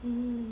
hmm